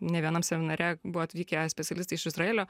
ne vienam seminare buvo atvykę specialistai iš izraelio